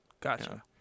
Gotcha